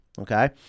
Okay